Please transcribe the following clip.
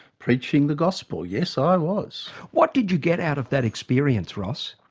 preaching the gospel. yes i was. what did you get out of that experience ross?